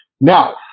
Now